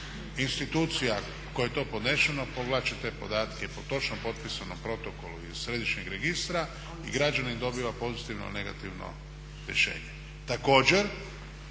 institucija kojoj je to podnešeno pogledat će te podatke i pod točno propisanom protokolu iz središnjeg registra i građanin dobiva pozitivno ili negativno rješenje.